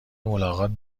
ملاقات